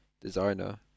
designer